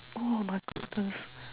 oh my goodness